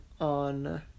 on